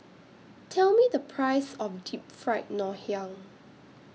Tell Me The Price of Deep Fried Ngoh Hiang